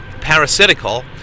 parasitical